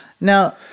Now